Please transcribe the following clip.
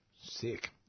Sick